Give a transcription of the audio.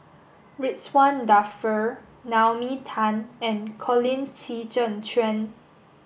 Ridzwan Dzafir Naomi Tan and Colin Qi Zhe Quan